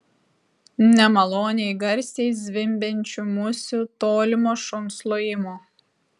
nemaloniai garsiai zvimbiančių musių tolimo šuns lojimo